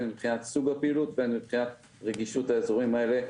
הן מבחינת סוג הפעילות והן מבחינת רגישות האזורים האלה,